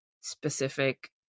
specific